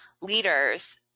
leaders